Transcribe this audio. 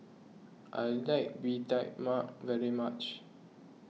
I like Bee Tai Mak very much